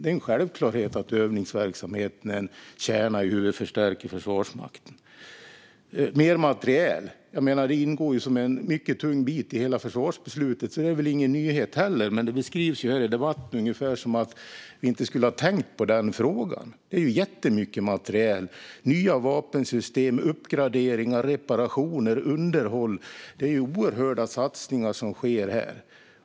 Det är en självklarhet att övningsverksamheten är en kärna i hur vi förstärker Försvarsmakten. Mer materiel ingår som en mycket tung del i hela försvarsbeslutet, så det är väl inte heller någon nyhet. Men det beskrivs här i debatten ungefär som att vi inte skulle ha tänkt på den frågan. Det handlar om jättemycket materiel, nya vapensystem, uppgraderingar, reparationer och underhåll. Det är oerhörda satsningar som sker här.